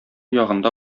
ягында